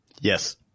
Yes